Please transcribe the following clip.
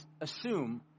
assume